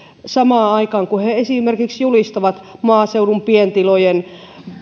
samaan aikaan kun he he esimerkiksi julistavat maaseudun pientilojen